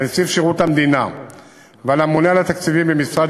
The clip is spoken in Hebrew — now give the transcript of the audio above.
על נציב שירות המדינה ועל הממונה על התקציבים במשרד